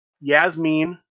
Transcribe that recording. Yasmin